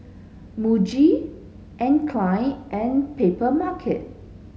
Muji Anne Klein and Papermarket